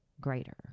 greater